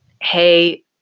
hey